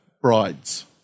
brides